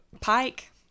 Pike